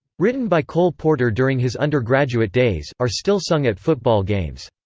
written by cole porter during his undergraduate days, are still sung at football games.